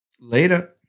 Later